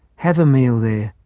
have a meal there,